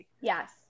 Yes